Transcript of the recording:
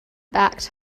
backed